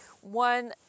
One